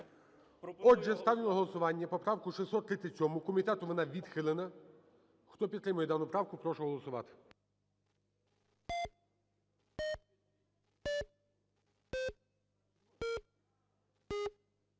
Отже, ставлю на голосування поправку 637. Комітетом вона відхилена. Хто підтримує дану правку, прошу голосувати.